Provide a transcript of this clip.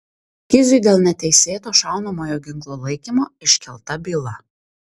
kiziui dėl neteisėto šaunamojo ginklo laikymo iškelta byla